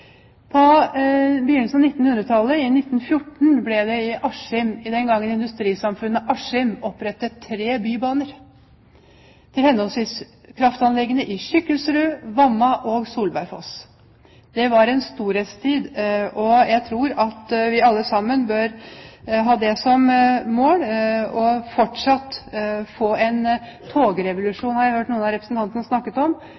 På begynnelsen av 1900-tallet, i 1914, ble det i Askim – den gang industrisamfunnet Askim – opprettet tre bybaner til kraftanleggene i henholdsvis Kykkelsrud, Vamma og Solbergfoss. Det var en storhetstid. Jeg tror vi alle sammen fortsatt bør ha som mål å få en togrevolusjon – har jeg hørt noen av representantene snakke om